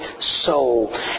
soul